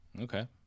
Okay